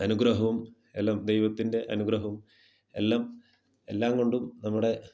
അനുഗ്രഹവും എല്ലാം ദൈവത്തിൻ്റെ അനുഗ്രഹവും എല്ലാം എല്ലാം കൊണ്ടും നമ്മുടെ